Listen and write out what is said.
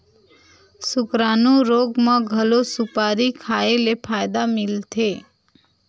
सुकरानू रोग म घलो सुपारी खाए ले फायदा मिलथे